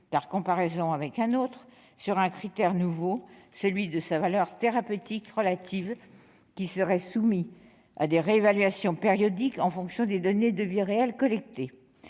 par comparaison avec un autre, sur un critère nouveau, celui de sa « valeur thérapeutique relative », qui serait soumis à des réévaluations périodiques en fonction des données de vie réelle collectées.